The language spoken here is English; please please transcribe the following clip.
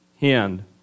hand